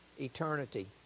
eternity